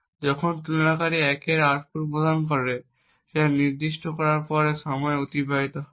তাই যখন তুলনাকারী 1 এর আউটপুট প্রদান করে যা নির্দিষ্ট করার পরে সময় অতিবাহিত হয়